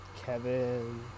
Kevin